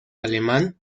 alemán